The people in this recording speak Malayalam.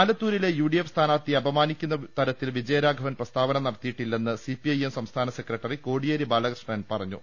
ആലത്തൂരിലെ യു ഡി എഫ് സ്ഥാനാർത്ഥിയെ അപമാനി ക്കുന്ന തരത്തിൽ വിജയരാഘവൻ പ്രസ്താവന നടത്തിയിട്ടില്ലെന്ന് സിപിഐഎം സംസ്ഥാന സെക്രട്ടറി കോടിയേരി ബാലകൃഷ്ണൻ പറഞ്ഞു